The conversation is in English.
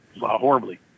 horribly